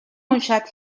уншаад